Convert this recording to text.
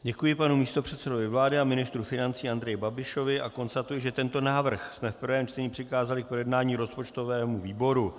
Děkuji panu místopředsedovi vlády a ministru financí Andreji Babišovi a konstatuji, že tento návrh jsme v prvém čtení přikázali k projednání rozpočtovému výboru.